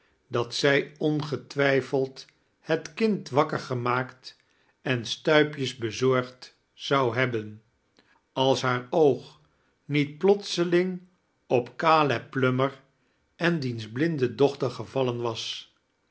dat zij ongetwijfeld het kind wakker geinaakt en stuipjes bezorgd zou hebben als haar oog niet plotseling op caleb plummer en diens blinder dochter gevallen was